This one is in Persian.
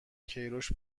کیروش